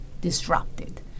disrupted